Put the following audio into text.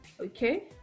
okay